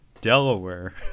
Delaware